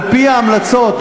על-פי ההמלצות,